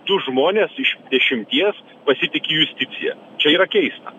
du žmonės iš dešimties pasitiki justicija čia yra keista